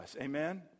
Amen